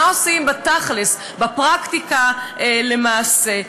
מה עושים בתכל'ס, בפרקטיקה למעשה?